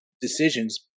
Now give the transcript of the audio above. decisions